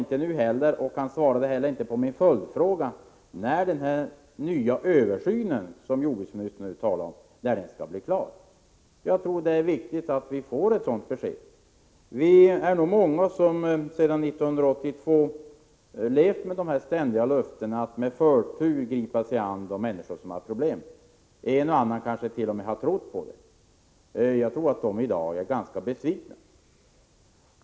Och jordbruksministern svarade inte på min följdfråga när den nya översyn som han nu talar om skall bli klar. Jag tror det är viktigt att vi får ett sådant besked. Vi är många som sedan 1982 levt med de ständiga löftena från jordbruksministern att med förtur gripa sig an de problem som högt skuldsatta lantbrukare har. En och annan kanske t.o.m. har trott på dem. Jag tror att de i dag är ganska besvikna.